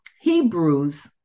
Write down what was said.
Hebrews